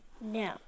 No